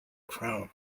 crown